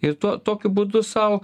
ir tuo tokiu būdu sau